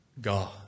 God